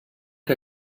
que